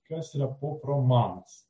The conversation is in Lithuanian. kas yra pop romanas